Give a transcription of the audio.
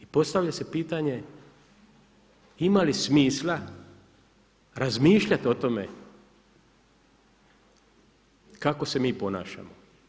I postavlja se pitanje ima li smisla razmišljat o tome kako se mi ponašamo.